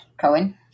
Cohen